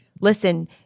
listen